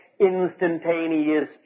instantaneous